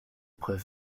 preuve